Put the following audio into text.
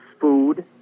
food